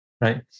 right